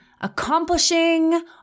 accomplishing